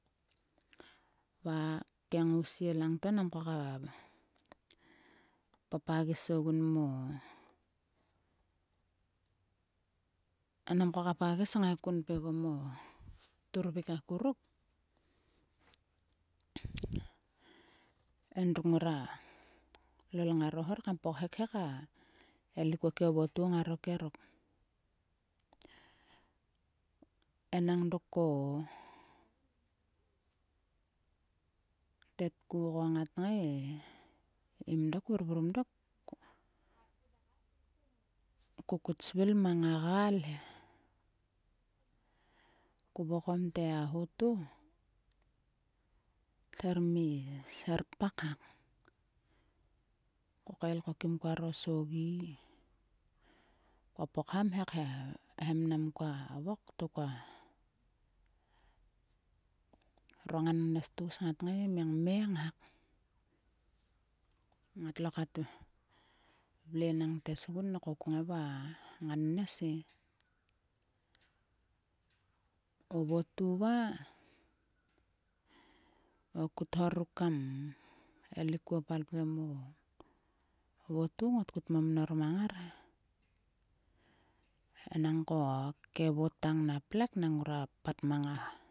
Va ke ngouise langto nam koka papagis ogun mo. Nam koka pagis ngaikun mo turvik akuruk. Edruk ngora lol ngora hor pokhek he kaelik kuoâ mo votu ngaro kerok. Enang dok ko. tetku ngat ngai im dok vurvrum dok. Kokut svil mang a gaal he. Ko vokom te a ho to ther mi serpak hak. Ko kael ko kim koaro sogi. Koa pokham he khem mang koa vok tokua ro ngannes tgus ngat ngai mi ngmeng hak. Ngatlo kat vle enang tesgun ko kngai vua ngannes e. O votu va o kut hor ruk kam elik kuo palpgem o votu ngot kut momnor mang ngar he. Enangko ke vot tang na plek nangrua pat mang a.